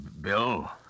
bill